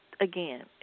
again